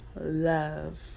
love